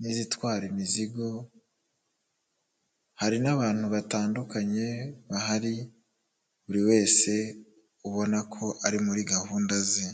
n'izitwara imizigo, hari n'abantu batandukanye bahari buri wese ubona ko ari muri gahunda ze.